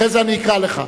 אחרי זה אני אקרא לך,